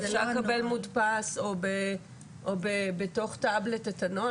אפשר לקבל מודפס או בתוך טאבלט את הנוהל,